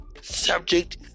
subject